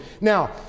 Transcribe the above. Now